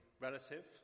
relative